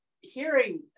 hearing